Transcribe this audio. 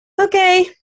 Okay